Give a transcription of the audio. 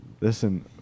Listen